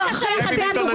חברת הכנסת דבי ביטון.